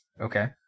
Okay